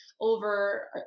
over